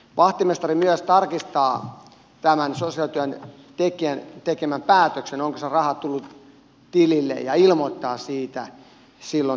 vahtimestari myös tarkistaa tämän sosiaalityöntekijän tekemän päätöksen ja onko se raha tullut tilille ja ilmoittaa siitä silloin tälle soittajalle